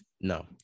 No